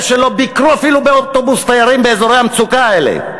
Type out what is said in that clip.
שלא ביקרו אפילו באוטובוס תיירים באזורי המצוקה האלה,